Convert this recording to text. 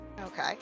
Okay